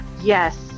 yes